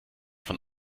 von